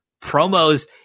promos